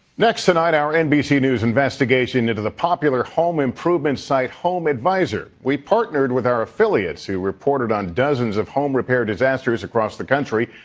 next tonight, our nbc news investigation into the popular home improvement site home advisor. we partnered with our affiliates that reported on dozens of home repair disasters across the country.